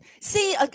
see